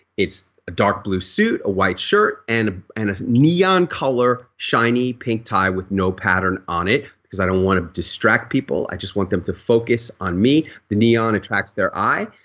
it's a dark blue suit, a white shirt and and a neon color shiny pink tie with no pattern on it because i don't want to distract people. i just want them to focus on me. the neon attracts their eye i